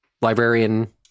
librarian